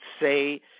say –